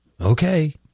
Okay